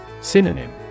Synonym